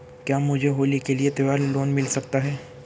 क्या मुझे होली के लिए त्यौहार लोंन मिल सकता है?